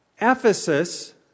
Ephesus